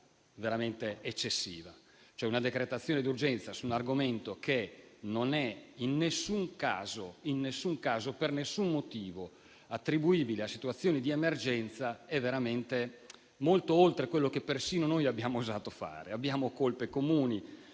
nel senso che una decretazione d'urgenza su un argomento che non è in alcun caso e per nessun motivo attribuibile a situazioni di emergenza è veramente molto oltre quello che persino noi abbiamo osato fare. Abbiamo colpe comuni